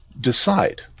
decide